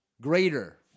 greater